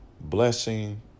blessing